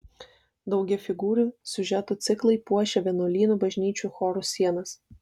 daugiafigūrių siužetų ciklai puošė vienuolynų bažnyčių chorų sienas